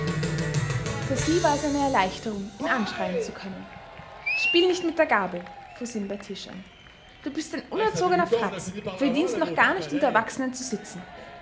für sie war es eine erleichterung ihn anschreien zu können spiel nicht mit der gabel fuhr sie ihn bei tisch an du bist ein unerzogener fratz verdienst noch gar nicht unter erwachsenen zu sitzen